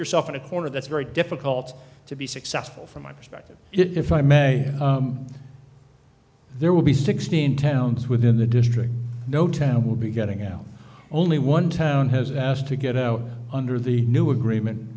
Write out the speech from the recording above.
yourself in a corner that's very difficult to be successful from my perspective if i may there will be sixteen towns within the district no town will be getting out only one town has asked to get out under the new agreement